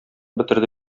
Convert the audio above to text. бетерде